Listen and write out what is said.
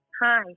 Hi